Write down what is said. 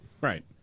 Right